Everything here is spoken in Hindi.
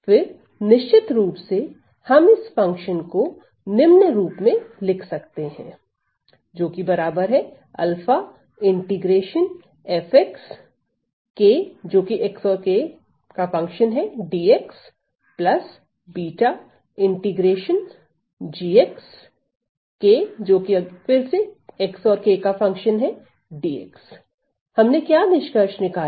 फिर निश्चित रूप से हम इस फंक्शन को निम्न रूप से लिख सकते हैं हमने क्या निष्कर्ष निकाला